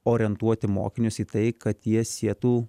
orientuoti mokinius į tai kad jie sietų